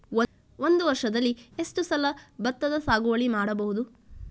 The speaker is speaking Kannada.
ಒಂದು ವರ್ಷದಲ್ಲಿ ಎಷ್ಟು ಸಲ ಭತ್ತದ ಸಾಗುವಳಿ ಮಾಡಬಹುದು?